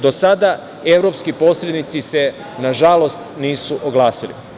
Do sada, evropski posrednici se, nažalost, nisu oglasili.